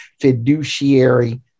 fiduciary